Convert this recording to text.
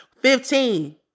Fifteen